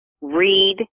Read